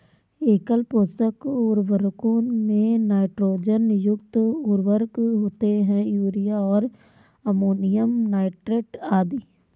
एकल पोषक उर्वरकों में नाइट्रोजन युक्त उर्वरक होते है, यूरिया और अमोनियम नाइट्रेट आदि